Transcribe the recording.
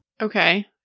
okay